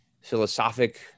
philosophic